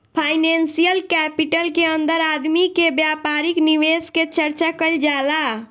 financial capital के अंदर आदमी के व्यापारिक निवेश के चर्चा कईल जाला